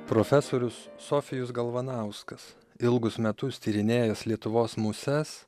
profesorius sofijus galvanauskas ilgus metus tyrinėjęs lietuvos muses